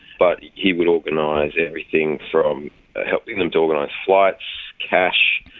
but he would organise everything from helping them to organise flights, cash,